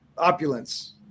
Opulence